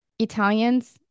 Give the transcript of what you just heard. Italians